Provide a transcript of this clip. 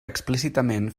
explícitament